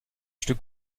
stück